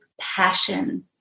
passion